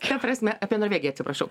ta prasme apie norvegiją atsiprašau